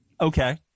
Okay